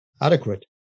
adequate